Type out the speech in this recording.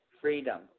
Freedom